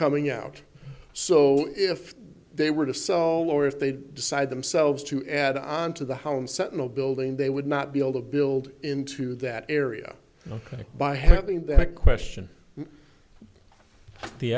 coming out so if they were to sell or if they did decide themselves to add on to the home sentinel building they would not be able to build into that area by having that question the